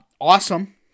awesome